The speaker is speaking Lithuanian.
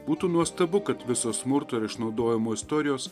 būtų nuostabu kad visos smurto ir išnaudojimo istorijos